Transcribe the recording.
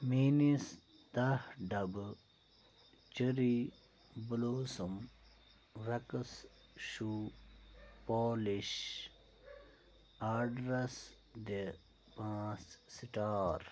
میٛٲنِس دَہ ڈبہٕ cherry blossom wax shoe polish آرڈرَس دِ پانٛژھ سِٹار